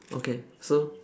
okay so